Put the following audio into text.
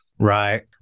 Right